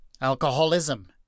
alcoholism